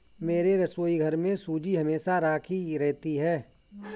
मेरे रसोईघर में सूजी हमेशा राखी रहती है